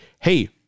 hey